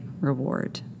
reward